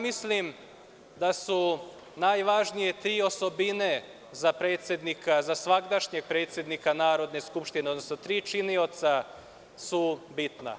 Mislim da su najvažnije tri osobine za predsednika, za svagdašnjeg predsednika Narodne skupštine, odnosno tri činioca su bitna.